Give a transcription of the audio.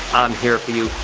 here for you.